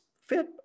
fit